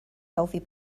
healthy